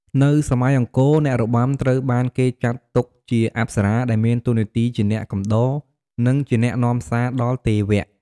នៅសម័យអង្គរ អ្នករបាំត្រូវបានគេចាត់ទុកជា អប្សរា ដែលមានតួនាទីជាអ្នកកំដរ និងជាអ្នកនាំសារដល់ទេវៈ។